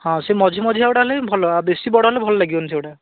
ହଁ ସେ ମଝି ମଝିଆ ଗୁଡ଼ା ହେଲେ ବି ଭଲ ଆଉ ବେଶୀ ବଡ଼ ହେଲେ ଭଲ ଲାଗିବନି ସେଗୁଡ଼ା